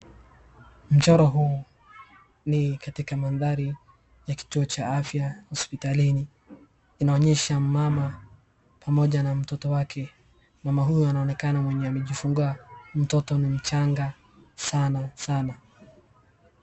Mchoro huu ni katika mandhari ya kituo cha afya, hospitalini. Inaonyesha mama pamoja na mtoto wake. Mama huyu anaonekana mwenye amejifungua mtoto na mchanga sana, sana.